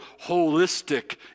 holistic